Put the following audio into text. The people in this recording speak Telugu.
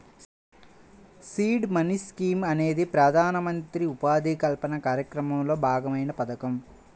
సీడ్ మనీ స్కీమ్ అనేది ప్రధానమంత్రి ఉపాధి కల్పన కార్యక్రమంలో భాగమైన పథకం